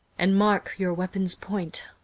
and mark your weapon's point,